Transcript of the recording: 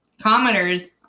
Commenters